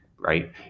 right